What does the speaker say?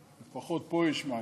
לפחות פה יש מים.